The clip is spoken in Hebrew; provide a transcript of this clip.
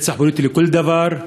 רצח פוליטי לכל דבר.